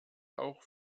auch